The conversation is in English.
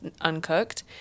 uncooked